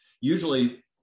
Usually